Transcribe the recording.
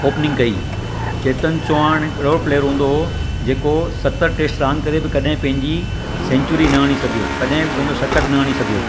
opening कई चैतन चौहाण हिकिड़ो अहिड़ो प्लेयर हूंदो हुओ जेको सतर टेस्ट रांदि करे बि कॾहिं पंहिंजी सैन्चुरी न हणी सघियो कॾहिं बि पंहिंजो सतकु न हणी सघियो